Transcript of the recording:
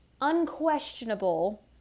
unquestionable